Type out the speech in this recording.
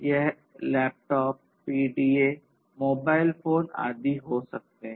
यह laptop PDA mobile phone आदि हो सकते हैं